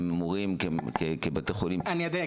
הם אמורים כבתי חולים --- אני יודע.